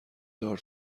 دار